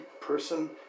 person